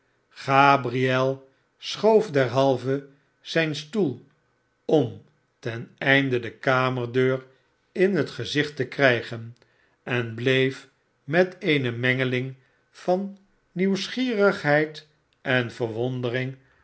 gabriel schoof derhalve zijn stoel om ten einde de kamerdeur in het gezicht te krijgen en bleef met eene mengeling van nieuwsgierigheid en verwondering